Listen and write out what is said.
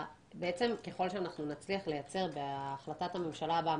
ככל שאנחנו נצליח לייצר בהחלטת הממשלה הבאה